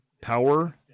power